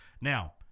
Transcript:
Now